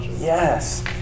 Yes